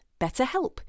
BetterHelp